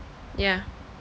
yeah